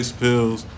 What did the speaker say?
pills